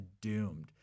doomed